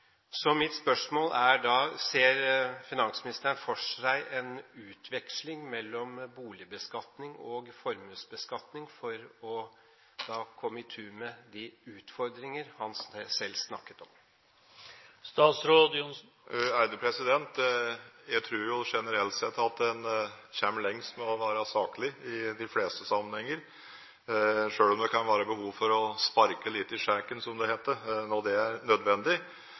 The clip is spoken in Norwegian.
Så vidt jeg forsto finansministeren, er utfordringen at man med dagens system kan risikere at man setter pengene sine i andre objekter enn i dem som skaper arbeidsplasser. Mitt spørsmål er da: Ser finansministeren for seg en utveksling mellom boligbeskatning og formuesbeskatning for å komme i tu med de utfordringer han selv snakket om? Jeg tror generelt sett at en kommer lengst med å være saklig i de fleste sammenhenger, selv om det kan være behov for å sparke